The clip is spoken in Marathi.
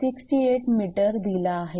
68 𝑚 दिला आहे